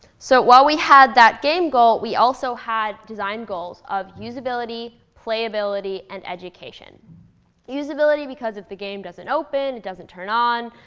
so while we had that game goal, we also had design goals of usability, playability, and education usability because if the game doesn't open, it doesn't turn on,